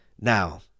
Now